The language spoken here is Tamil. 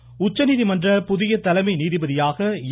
பதவியேற்பு உச்சநீதிமன்ற புதிய தலைமை நீதிபதியாக என்